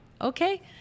Okay